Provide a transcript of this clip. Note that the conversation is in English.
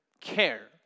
care